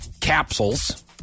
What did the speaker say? capsules